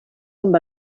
amb